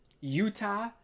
Utah